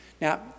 Now